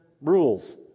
rules